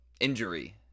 injury